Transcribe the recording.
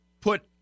put